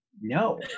no